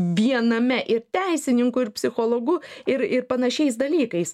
viename ir teisininku ir psichologu ir ir panašiais dalykais